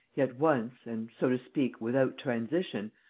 he at once and, so to speak, without transition,